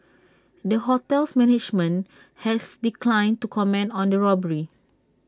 the hotel's management has declined to comment on the robbery